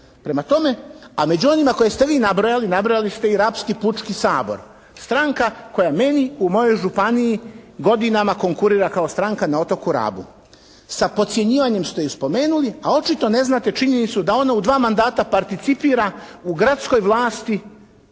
Prema tome, a među onima koje ste vi nabrojali, nabrojali ste i Rabski pučki sabor. Stranka koja meni u mojoj županiji godinama konkurira kao stranka na otoku Rabu. Sa podcjenjivanjem ste ju spomenuli, a očito ne znate činjenicu da ona u 2 mandata participira u gradskoj vlasti